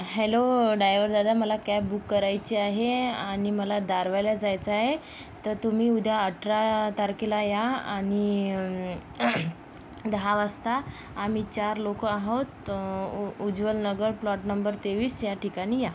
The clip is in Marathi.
हॅलो डायवर दादा मला कॅब बुक करायची आहे आणि मला दारव्ह्याला जायचं आहे तर तुम्ही उद्या अठरा तारखेला या आणि दहा वाजता आम्ही चार लोक आहोत उ उज्ज्वल नगर प्लॉट नंबर तेवीस या ठिकाणी या